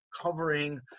covering